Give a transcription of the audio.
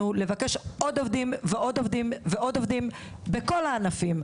לבקש עוד עובדים ועוד עובדים בכל הענפים,